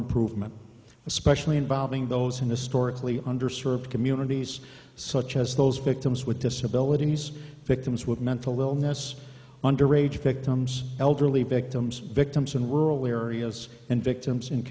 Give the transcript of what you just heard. improvement especially involving those in historically underserved communities such as those victims with disabilities victims with mental illness under age victims elderly victims victims in rural areas and victims in